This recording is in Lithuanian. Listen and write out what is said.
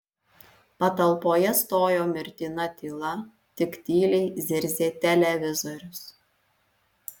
patalpoje stojo mirtina tyla tik tyliai zirzė televizorius